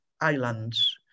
islands